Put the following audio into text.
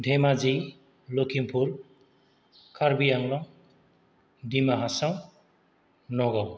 Dhemaji Lakhimpur Karbi Anglong Dima Hasao Nagaon